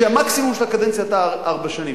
שהמקסימום של הקדנציה היה ארבע שנים.